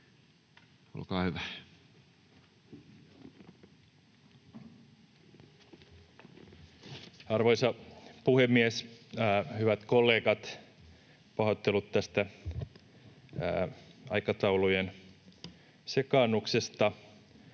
Arvoisa puhemies! Hyvät kollegat! Pahoittelut tästä aikataulujen sekaannuksesta.